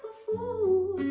fool